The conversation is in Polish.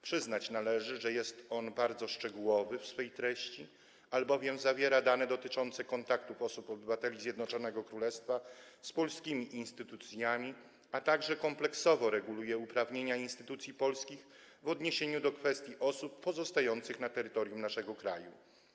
Przyznać należy, że jest on bardzo szczegółowy w swej treści, albowiem zawiera dane dotyczące kontaktów obywateli Zjednoczonego Królestwa z polskimi instytucjami, a także kompleksowo reguluje uprawnienia instytucji polskich w odniesieniu do osób pozostających na terytorium naszego kraju.